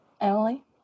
Emily